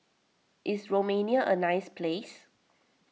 is Romania a nice place